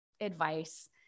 advice